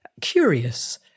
curious